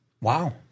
Wow